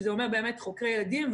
שזה אומר חוקרי ילדים,